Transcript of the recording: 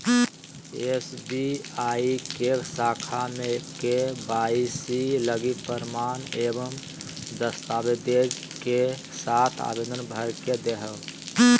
SBI के शाखा में के.वाई.सी लगी प्रमाण एवं दस्तावेज़ के साथ आवेदन भर के देहो